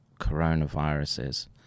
coronaviruses